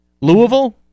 Louisville